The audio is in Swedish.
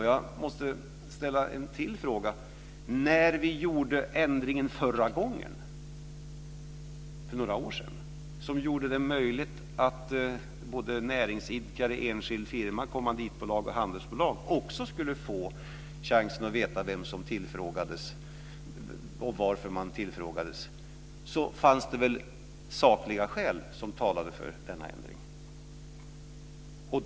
Jag måste också ställa en till fråga. När vi för några år sedan genomförde den ändring som gjorde det möjligt också för näringsidkare, enskild firma, kommanditbolag och handelsbolag att få veta vem som frågade och varför fanns det väl sakliga skäl som talade för denna ändring.